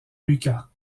lucas